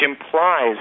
implies